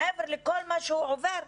מעבר לכל מה שהוא עובר,